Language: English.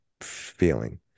feeling